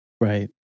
Right